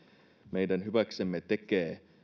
meidän hyväksemme tekee